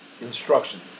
instruction